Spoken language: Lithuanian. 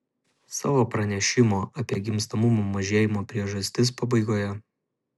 savo pranešimo apie gimstamumo mažėjimo priežastis pabaigoje